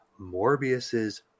Morbius's